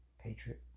Patriot